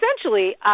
essentially